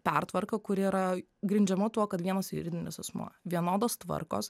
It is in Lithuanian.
pertvarką kuri yra grindžiama tuo kad vienas juridinis asmuo vienodos tvarkos